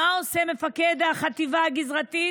מה עושה מפקד החטיבה הגזרתית?